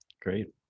great